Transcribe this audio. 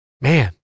man